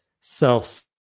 self